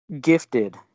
gifted